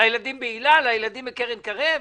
לילדים בהיל"ה, בקרן קרב?